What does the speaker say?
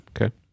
Okay